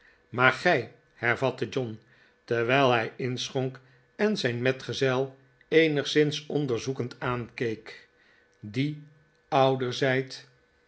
maar gij hervatte john terwijl hij inschonk en zijn metgezel eenigszins onder zoekend aankeek die ouder zijt